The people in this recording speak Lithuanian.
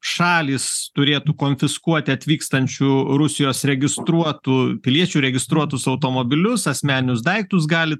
šalys turėtų konfiskuoti atvykstančių rusijos registruotų piliečių registruotus automobilius asmeninius daiktus gali